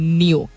new